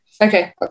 Okay